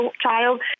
child